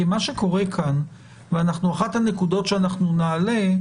מה שקורה כאן, ואחת הנקודות שאנחנו נעלה,